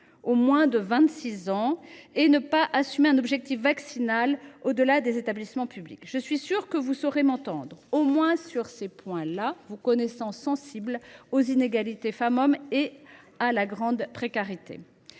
aux moins de 26 ans ? Pourquoi ne pas assumer un objectif vaccinal au delà des établissements publics ? Je suis sûre que vous saurez m’entendre, au moins sur ces points là, car je vous sais sensible aux inégalités femmes hommes et à la grande précarité.